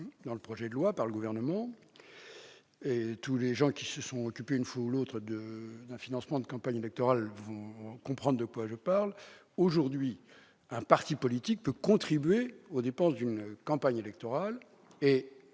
dans le projet de loi par le Gouvernement. Tous ceux qui se sont occupés, une fois ou l'autre, du financement d'une campagne électorale comprendront de quoi je parle. Aujourd'hui, un parti politique peut contribuer aux dépenses d'une campagne électorale.